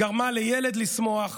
גרמו לילד לשמוח,